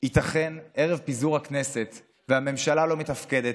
ייתכן, ערב פיזור הכנסת, והממשלה לא מתפקדת.